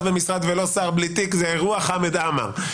במשרד ולא שר בלי תיק זה "אירוע חמד עמאר",